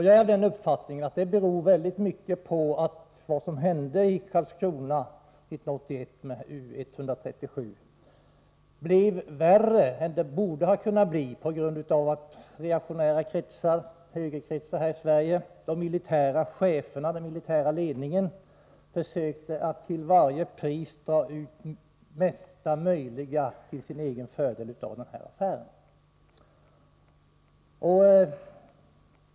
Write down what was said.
Jag är av den uppfattningen att det i mycket stor utsträckning beror på att vad som hände i Karlskrona 1981 med U 137 blev värre än det borde ha blivit, på grund av att reaktionära kretsar, högerkretsar, här i Sverige — och den militära ledningen — försökte att till varje pris ta ut det mesta möjliga till sin egen fördel av den här affären.